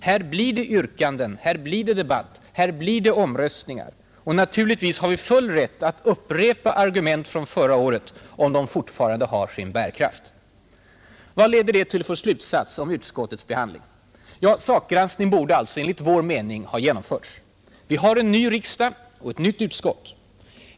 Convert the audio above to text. Här blir det yrkanden, här blir det debatt, här blir det omröstningar. Och naturligtvis har vi full rätt att upprepa argument från förra året om de fortfarande har sin bärkraft. Vad leder det till för slutsats om utskottets behandling? Sakgranskning borde alltså enligt vår mening ha genomförts. Vi har en ny riksdag och ett nytt utskott.